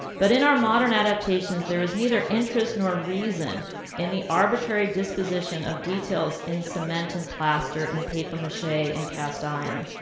but in our modern adaptations there is neither interest nor reason in the arbitrary disposition of details in cement and plaster and paper mache and cast iron.